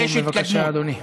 משפט סיכום, בבקשה, אדוני.